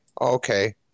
okay